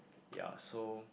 ya so